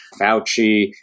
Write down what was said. Fauci